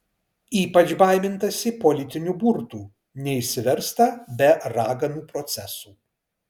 ypač baimintasi politinių burtų neišsiversta be raganų procesų